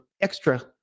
extra